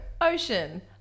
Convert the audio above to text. Ocean